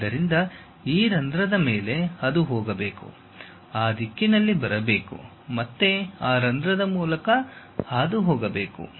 ಆದ್ದರಿಂದ ಈ ರಂಧ್ರದ ಮೇಲೆ ಅದು ಹೋಗಬೇಕು ಆ ದಿಕ್ಕಿನಲ್ಲಿ ಬರಬೇಕು ಮತ್ತೆ ಆ ರಂಧ್ರದ ಮೂಲಕ ಹಾದುಹೋಗಬೇಕು